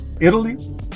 Italy